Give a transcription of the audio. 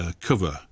cover